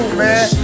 man